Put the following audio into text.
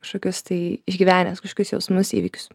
kažkokius tai išgyvenęs kažkokius jausmus įvykius